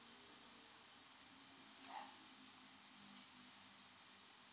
mm